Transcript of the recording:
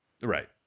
Right